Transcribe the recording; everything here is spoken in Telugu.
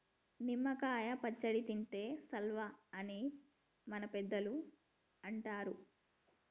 నిమ్మ కాయ పచ్చడి తింటే సల్వా అని మన పెద్దలు అంటరు